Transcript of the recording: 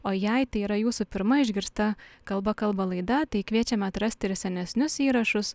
o jei tai yra jūsų pirma išgirsta kalba kalba laida tai kviečiame atrasti ir senesnius įrašus